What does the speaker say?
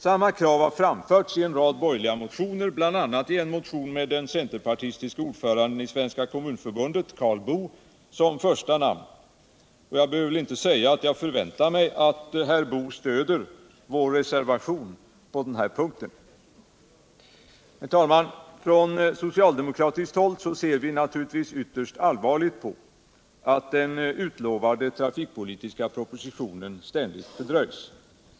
Samma krav har framförts i en rad borgerliga motioner, bl.a. i en motion med den centerpartistiske ordföranden i Svenska kommunförbundet, Karl Boo, som första namn. Jag behöver väl inte säga att jag förväntar mig att herr Boo stöder vår reservation på den punkten? Herr talman! Från socialdemokratiskt håll ser vi naturligtvis ytterst allvarligt på att den utlovade trafikpolitiska propositionen ständigt fördröjs.